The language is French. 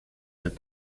elles